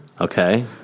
Okay